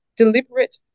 Deliberate